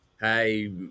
Hey